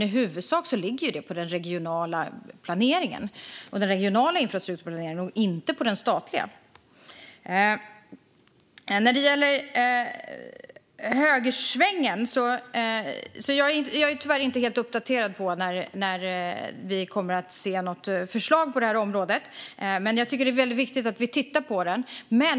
I huvudsak ligger detta dock hos den regionala infrastrukturplaneringen och inte den statliga. Jag är tyvärr inte helt uppdaterad om när vi får se ett förslag om högersvängen. Det är väldigt viktigt att vi tittar på detta.